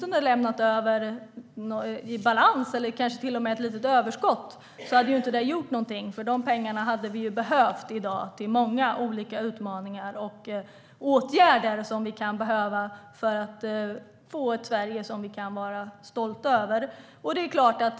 Hade ni lämnat över en ekonomi i balans eller kanske med ett litet överskott hade det inte gjort något, för de pengarna hade vi behövt i dag till de utmaningar och åtgärder som måste ordnas för att vi ska få ett Sverige vi kan vara stolta över.